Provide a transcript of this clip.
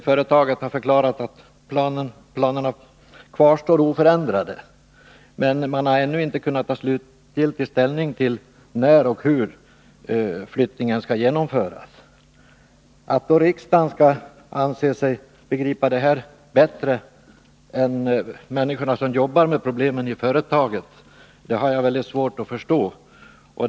Företaget har förklarat att planerna kvarstår oförändrade, men man har ännu inte kunnat ta slutgiltig ställning till när och hur flyttningen skall genomföras. Att då riksdagen skall anse sig begripa detta bättre än de människor som jobbar med problemen i företaget har jag svårt att förstå.